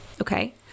Okay